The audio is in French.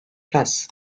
place